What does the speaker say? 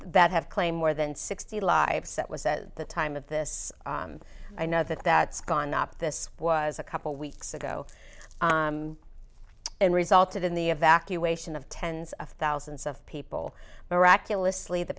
that have claimed more than sixty lives that was the time of this i know that that's gone up this was a couple weeks ago and resulted in the evacuation of tens of thousands of people miraculously the